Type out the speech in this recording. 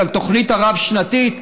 על התוכנית הרב-שנתית הבאה,